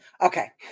Okay